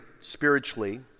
spiritually